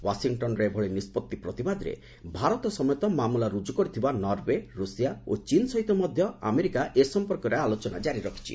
ୱାଶିଟନ୍ର ଏଭଳି ନିଷ୍କଭି ପ୍ରତିବାଦରେ ଭାରତ ସମେତ ମାମଲା ରୁଜୁ କରିଥିବା ନରଓ୍ୱେ ରୁଷିଆ ଓ ଚୀନ୍ ସହିତ ମଧ୍ୟ ଆମେରିକା ଏ ସଂପର୍କରେ ଆଲୋଚନା ଜାରି ରଖିଛି